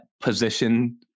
position